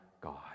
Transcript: God